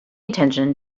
attention